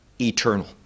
eternal